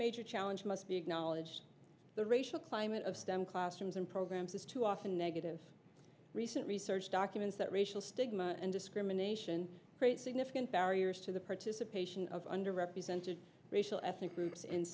major challenge must be acknowledged the racial climate of stem classrooms and programs is too often negative recent research documents that racial stigma and discrimination create significant barriers to the participation of under represented racial ethnic groups